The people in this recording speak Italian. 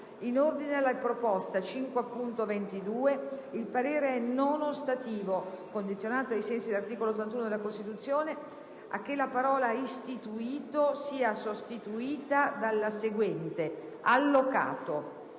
In ordine alla proposta 5.22 il parere è non ostativo, condizionato, ai sensi dell'articolo 81 della Costituzione, a che la parola "istituito" sia sostituita dalla seguente: "allocato".